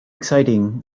exciting